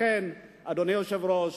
לכן, אדוני היושב-ראש,